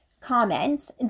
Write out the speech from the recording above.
comments